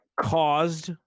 caused